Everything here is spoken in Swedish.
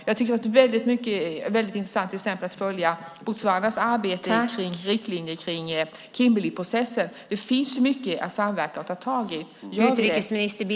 Jag tycker att det var ett väldigt intressant exempel att följa Botswanas arbete om riktlinjer för Kimberleyprocessen. Det finns mycket att samverka om och ta tag i.